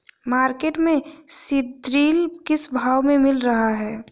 Market में सीद्रिल किस भाव में मिल रहा है?